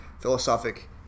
philosophic